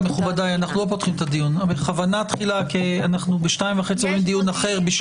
אנחנו לא פותחים את הדיון כי ב-14:30 אנחנו עוברים לדיון אחר.